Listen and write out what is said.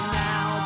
now